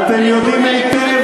אבל אתה יודע היטב,